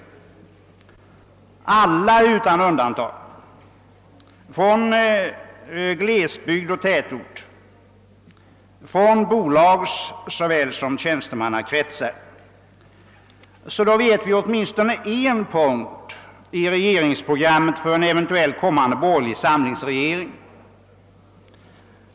Detta gäller utan undantag, bland såväl representanter för glesbygd och tätort som för bolagsoch tjänstemannakretsar. Vi vet alltså nu åtminstone en punkt i regeringsprogrammet för en eventuell kommande borgerlig samlingsregering.